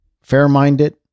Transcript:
fair-minded